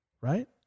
right